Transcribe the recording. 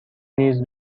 نیز